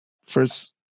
first